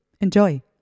Enjoy